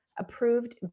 approved